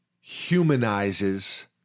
humanizes